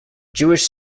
jewish